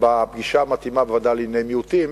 בפגישה המתאימה בוועדה לענייני מיעוטים,